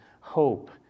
hope